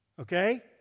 okay